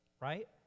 right